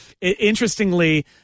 interestingly